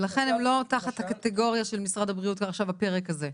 ולכן הם לא תחת הקטגוריה של משרד הבריאות בפרק הזה.